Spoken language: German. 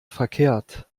verkehrt